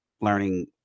learning